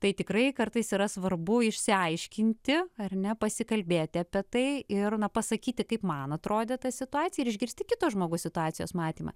tai tikrai kartais yra svarbu išsiaiškinti ar ne pasikalbėti apie tai ir na pasakyti kaip man atrodė ta situacija ir išgirsti kito žmogaus situacijos matymą